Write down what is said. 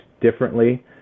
differently